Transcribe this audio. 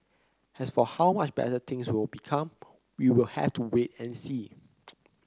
as for how much better things will become we will have to wait and see